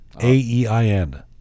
A-E-I-N